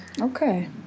Okay